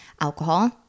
alcohol